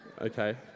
Okay